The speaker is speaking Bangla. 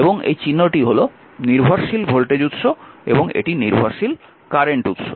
এবং এই চিহ্নটি হল নির্ভরশীল ভোল্টেজ উৎস এবং এটি নির্ভরশীল কারেন্টের উৎস